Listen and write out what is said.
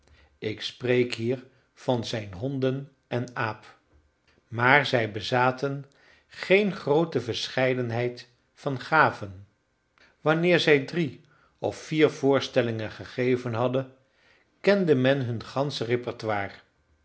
tooneelspelers ik spreek hier van zijn honden en aap maar zij bezaten geen groote verscheidenheid van gaven wanneer zij drie of vier voorstellingen gegeven hadden kende men hun gansche repertoire